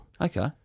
Okay